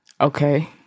Okay